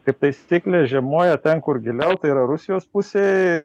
kaip taisyklė žiemoja ten kur giliau tai yra rusijos pusėj